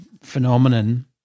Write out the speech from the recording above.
phenomenon